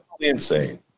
Insane